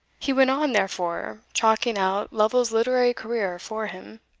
he went on, therefore, chalking out lovel's literary career for him.